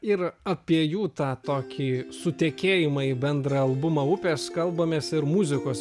ir apie jų tą tokį sutekėjimą į bendrą albumą upės kalbamės ir muzikos